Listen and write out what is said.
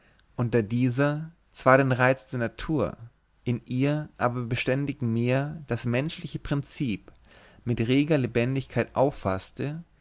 und da dieser zwar den reiz der natur in ihr aber beständig mehr das menschliche prinzip mit reger lebendigkeit auffaßte